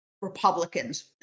Republicans